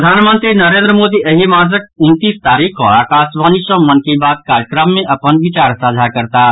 प्रधानमंत्री नरेन्द्र मोदी एहि मासक उनतीस तारीख कऽ आकाशवाणी सँ मन की बात कार्यक्रम मे अपन विचार साझा करताह